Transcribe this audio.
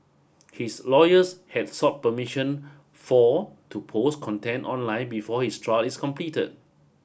his lawyers had sought permission for to post content online before his trial is completed